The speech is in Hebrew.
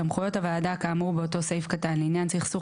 סמכויות הוועדה כאמור באותו סעיף קטן לענייני סכסוך